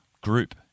group